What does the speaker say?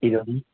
ഇരുപതും